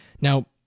Now